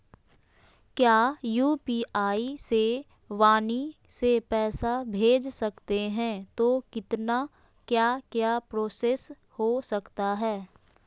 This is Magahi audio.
क्या यू.पी.आई से वाणी से पैसा भेज सकते हैं तो कितना क्या क्या प्रोसेस हो सकता है?